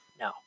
No